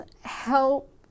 help